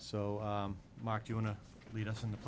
so mark you want to lead us in the